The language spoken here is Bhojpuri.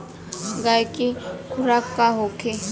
गाय के खुराक का होखे?